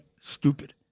stupid